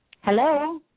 Hello